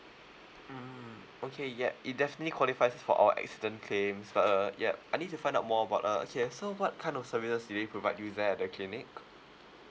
mm okay yup it definitely qualifies for our extend claims uh yup I need to find out more about uh K so what kind of services do they provide you there at the clinic